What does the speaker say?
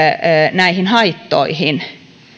näihin haittoihin